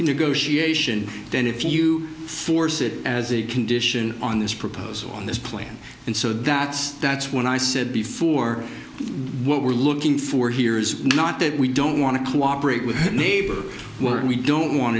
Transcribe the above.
negotiations then if you force it as a condition on this proposal on this plan and so that's that's what i said before what we're looking for here is not that we don't want to cooperate with a neighbor where we don't want